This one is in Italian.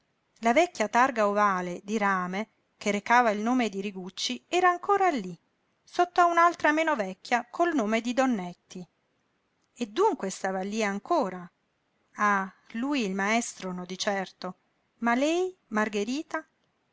la vecchia targa ovale di rame che recava il nome di rigucci era ancora lí sotto a un'altra meno vecchia col nome di donnetti e dunque stava lí ancora ah lui il maestro no di certo ma lei margherita